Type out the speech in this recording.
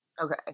Okay